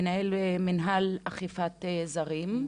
מנהל מינהל אכיפה וזרים,